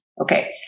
Okay